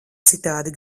citādi